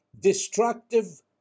destructive